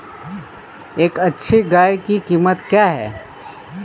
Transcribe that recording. एक अच्छी गाय की कीमत क्या है?